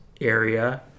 area